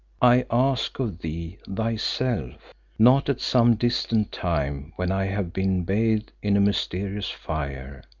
i ask of thee thyself not at some distant time when i have been bathed in a mysterious fire,